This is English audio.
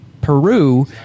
Peru